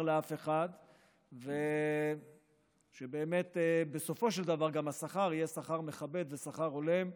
לאף אחד ושבאמת בסופו של דבר גם השכר יהיה שכר מכבד ושכר הולם.